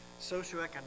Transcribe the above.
socioeconomic